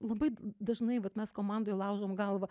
labai dažnai vat mes komandoj laužom galvą